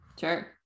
Sure